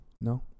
No